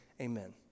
Amen